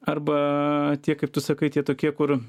arba tie kaip tu sakai tie tokie kur